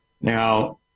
Now